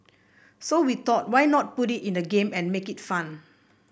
so we thought why not put it in a game and make it fun